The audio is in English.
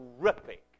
terrific